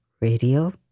radio